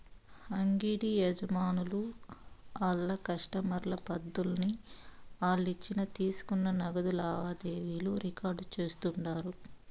అంగిడి యజమానులు ఆళ్ల కస్టమర్ల పద్దుల్ని ఆలిచ్చిన తీసుకున్న నగదు లావాదేవీలు రికార్డు చేస్తుండారు